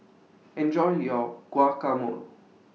Enjoy your Guacamole